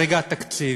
ברגע התקציב,